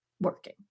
working